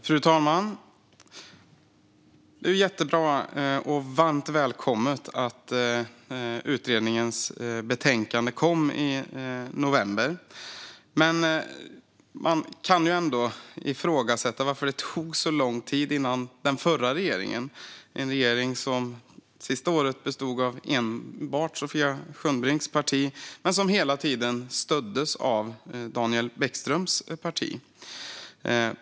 Fru talman! Det är jättebra och varmt välkommet att utredningens betänkande kom i november. Men man kan ändå fråga sig varför det tog så lång tid för den förra regeringen, som sista året bestod av enbart Sofia Skönnbrinks parti och som hela tiden stöddes av Daniel Bäckströms parti.